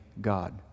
God